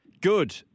Good